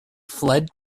fled